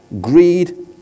greed